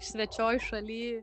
svečioj šaly